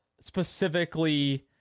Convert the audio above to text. specifically